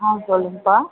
ஆ சொல்லுங்கப்பா